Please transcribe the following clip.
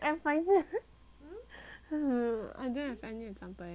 hmm I don't have any example eh you got any example